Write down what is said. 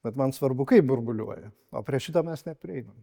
bet man svarbu kaip burbuliuoja o prie šito mes neprieinam